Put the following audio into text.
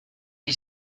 gli